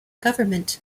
government